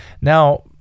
Now